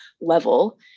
level